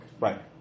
Right